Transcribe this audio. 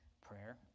prayer